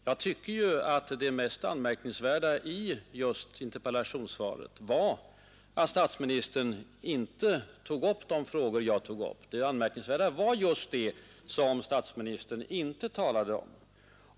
Jag tycker att det mest anmärkningsvärda i just interpellationssvaret var att statsministern inte tog upp de frågor jag tog upp, det anmärkningsvärda var just det som statsministern inte talade om.